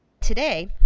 Today